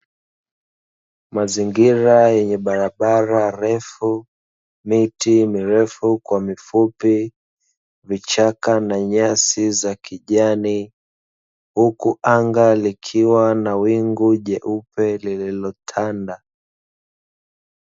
Mazingira yenye barabara refu, miti mirefu kwa mifupi, vichaka na nyasi za kijani huku anga likiwa na wingu jeupe lililotanda.